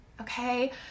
okay